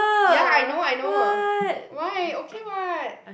ya I know I know why okay [what]